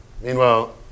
Meanwhile